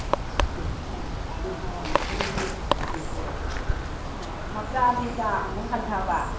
ꯑꯣ ꯑꯗꯨꯗꯤ ꯃꯆꯥꯗꯤ ꯆꯥꯡ ꯑꯃꯨꯛ ꯍꯟꯊꯕ